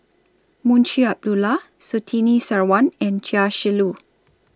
Munshi Abdullah Surtini Sarwan and Chia Shi Lu